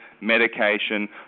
medication